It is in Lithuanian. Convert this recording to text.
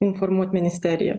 informuot ministeriją